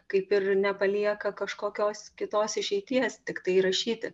kaip ir nepalieka kažkokios kitos išeities tiktai rašyti